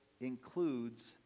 includes